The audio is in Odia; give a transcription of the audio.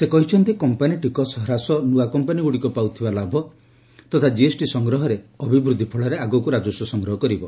ସେ କହିଛନ୍ତି କମ୍ପାନି ଟିକସ ହ୍ରାସ ନୂଆ କମ୍ପାନିଗୁଡ଼ିକ ପାଉଥିବା ଲାଭ ତଥା ଜିଏସ୍ଟି ସଂଗ୍ରହରେ ଅଭିବୃଦ୍ଧି ଫଳରେ ଆଗକୁ ରାଜସ୍ୱ ସଂଗ୍ରହ ବଢ଼ିବ